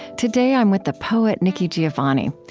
today, i'm with the poet, nikki giovanni.